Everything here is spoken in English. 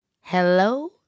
Hello